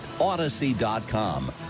odyssey.com